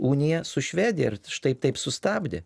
uniją su švedija ir štai taip sustabdė